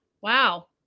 Wow